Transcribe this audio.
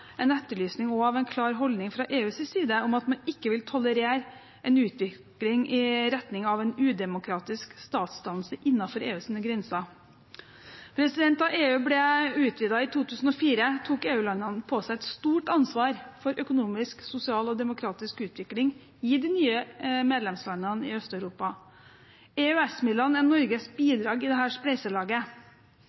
en etterlysning av en klar holdning fra EUs side om at man ikke vil tolerere en utvikling i retning av en udemokratisk statsdannelse innenfor EUs grenser. Da EU ble utvidet i 2004, tok EU-landene på seg et stort ansvar for økonomisk, sosial og demokratisk utvikling i de nye medlemslandene i Øst-Europa. EØS-midlene er Norges bidrag i